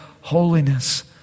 holiness